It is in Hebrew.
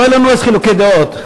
חוץ משר האוצר.